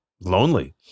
Lonely